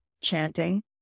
chanting